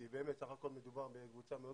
כי באמת מדובר בסך הכול בקבוצה מאוד